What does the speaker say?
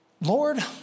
Lord